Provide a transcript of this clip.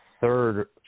third